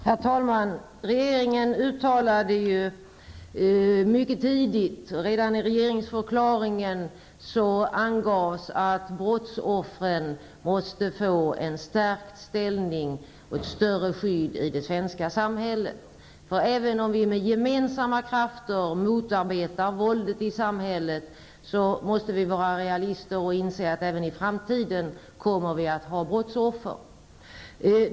Herr talman! Regeringen angav mycket tidigt, redan i regeringsförklaringen, att brottsoffren måste få en stärkt ställning och ett större skydd i det svenska samhället. Även om vi med gemensamma krafter motarbetar våldet i samhället måste vi vara realister och inse att det även i framtiden kommer att finnas brottsoffer.